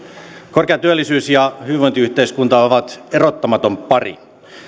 korkea työllisyys ja hyvinvointiyhteiskunta ovat erottamaton pari